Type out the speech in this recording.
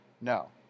No